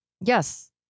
Yes